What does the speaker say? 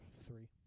Three